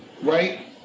right